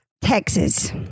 Texas